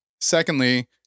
Secondly